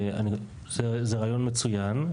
זה רעיון מצוין,